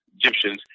Egyptians